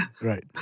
Right